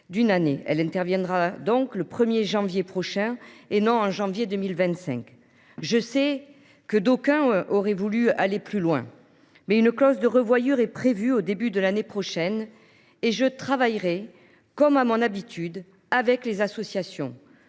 d’une année. Elle interviendra dès le 1 janvier prochain et non en janvier 2025. Je le sais, d’aucuns auraient voulu aller plus loin, mais une clause de revoyure est prévue au début de l’année prochaine, et je travaillerai sur ce point, comme à mon habitude, avec les associations.